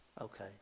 Okay